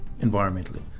environmentally